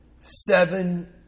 seven